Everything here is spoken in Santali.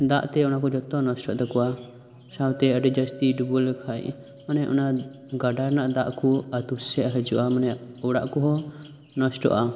ᱫᱟᱜ ᱛᱮ ᱚᱱᱟ ᱠᱚ ᱡᱚᱛᱚ ᱱᱚᱥᱴᱚᱜ ᱛᱟᱠᱚᱣᱟ ᱥᱟᱶᱛᱮ ᱟᱰᱤ ᱡᱟᱥᱛᱤ ᱰᱩᱵᱟᱹᱣ ᱞᱮᱠᱷᱟᱱ ᱢᱟᱱᱮ ᱚᱱᱟ ᱜᱟᱰᱟ ᱨᱮᱱᱟᱜ ᱫᱟᱜ ᱠᱚ ᱟᱛᱳ ᱥᱮᱫ ᱦᱤᱡᱩᱜᱼᱟ ᱢᱟᱱᱮ ᱚᱲᱟᱜ ᱠᱚᱦᱚᱸ ᱱᱚᱥᱴᱚᱜᱼᱟ